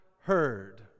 heard